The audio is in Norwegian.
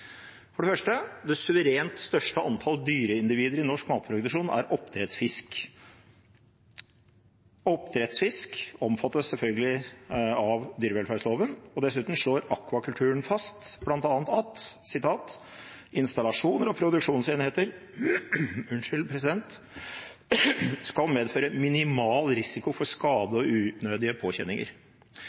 For det første: Det suverent største antall dyreindivider i norsk matproduksjon er oppdrettsfisk. Oppdrettsfisk omfattes selvfølgelig av dyrevelferdsloven. Dessuten slår akvakulturdriftsforskriften bl.a. fast at installasjoner og produksjonsenheter skal medføre minimal risiko for skade og unødige påkjenninger.